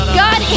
god